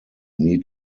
need